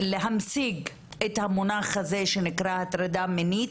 להציג את המונח הזה שנקרא הטרדה מינית,